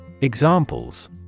Examples